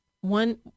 One